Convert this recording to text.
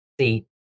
seat